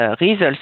results